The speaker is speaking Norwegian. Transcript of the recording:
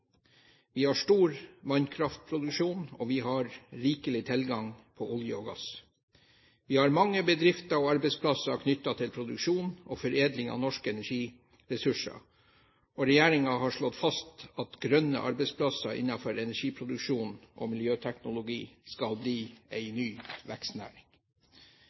Vi har stor vannkraftproduksjon, og vi har rikelig tilgang på olje og gass. Vi har mange bedrifter og arbeidsplasser knyttet til produksjon og foredling av norske energiressurser, og regjeringen har slått fast at grønne arbeidsplasser innenfor energiproduksjon og miljøteknologi skal bli en ny vekstnæring.